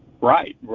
right